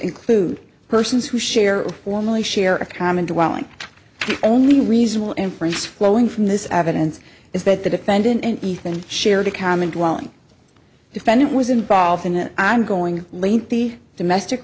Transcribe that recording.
include persons who share formerly share a common dwelling only reasonable inference flowing from this evidence is that the defendant and ethan shared a common dwelling defendant was involved in an ongoing